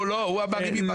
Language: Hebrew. הוא אמר אם הוא מסר.